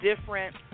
different